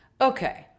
okay